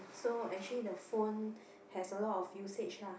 so actually the phone has a lot of usage lah